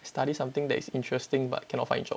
study something that is interesting but cannot find job